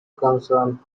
concern